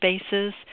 spaces